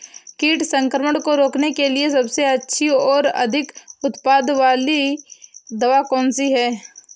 कीट संक्रमण को रोकने के लिए सबसे अच्छी और अधिक उत्पाद वाली दवा कौन सी है?